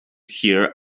hear